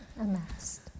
Amassed